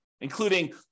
including